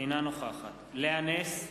אינה נוכחת לאה נס,